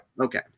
Okay